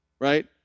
Right